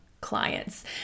clients